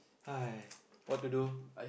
!aiya! what to do